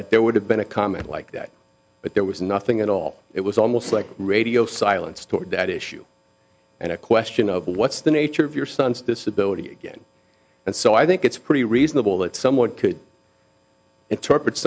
that there would have been a comment like that but there was nothing at all it was almost like radio silence toward that issue and a question of what's the nature of your son's disability again and so i think it's pretty reasonable that someone could interpret